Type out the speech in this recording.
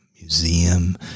museum